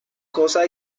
cosa